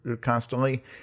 constantly